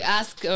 ask